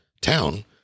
town